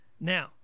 Now